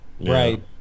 Right